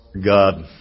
God